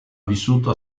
vissuto